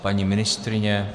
Paní ministryně?